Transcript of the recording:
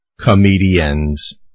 comedians